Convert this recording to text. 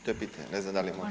To je pitanje, ne znam da li